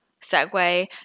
segue